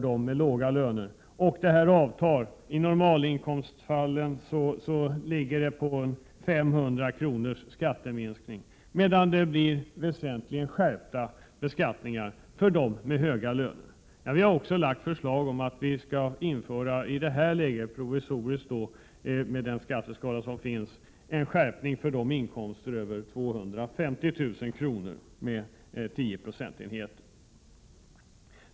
Detta belopp avtar så att det i normalinkomstfallen kommer att röra sig om ca 500 kr. i skatteminskning, medan det blir en väsentligt skärpt beskattning för dem med höga löner. Vi har också framställt ett förslag om att vi skall införa en skärpning, i det här läget provisoriskt med den skatteskala som finns, för dem med inkomster över 250 000 kr. med tio procentenheter.